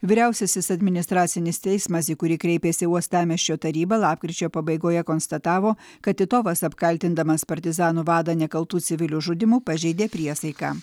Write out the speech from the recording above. vyriausiasis administracinis teismas į kurį kreipėsi uostamiesčio taryba lapkričio pabaigoje konstatavo kad titovas apkaltindamas partizanų vadą nekaltų civilių žudymu pažeidė priesaiką